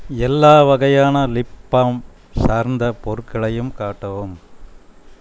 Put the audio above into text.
எல்லா வகையான lip balm சார்ந்த பொருட்களையும் காட்டவும்